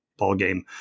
ballgame